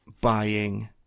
buying